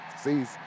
sees